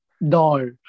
No